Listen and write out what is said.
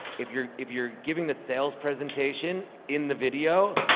if you're if you're giving the sales presentation in the video,